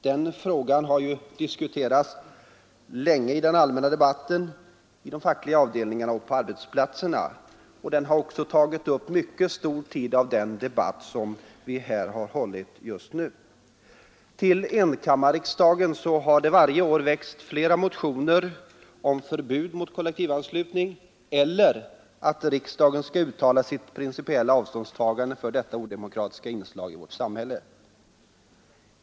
Denna fråga har diskuterats länge i den allmänna debatten, i de fackliga avdelningarna och på arbetsplatserna. Den har också tagit upp mycket stor tid under den debatt som vi har fört här just nu. Till enkammarriksdagen har det varje år väckts flera motioner om förbud mot kollektivanslutning eller om att riksdagen skall uttala sitt principiella avståndstagande från detta odemokratiska inslag i vårt samhälle.